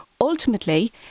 Ultimately